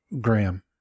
Graham